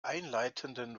einleitenden